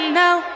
now